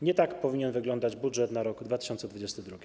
Nie tak powinien wyglądać budżet na rok 2022.